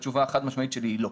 התשובה החד משמעית שלי היא לא.